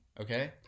Okay